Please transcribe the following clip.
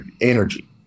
energy